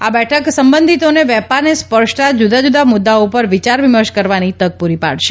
આ બેઠક સંબંધીતોને વેપારને સ્પર્શતા જુદા જુદા મુદ્દાઓ ઉપર વિચાર વિમર્શ કરવાની તક પૂરી પાડશે